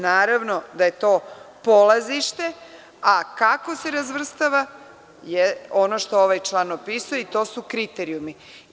Naravno da je to polazište, a kako se razvrstava je ono što ovaj član opisuje i to su kriterijumi.